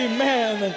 Amen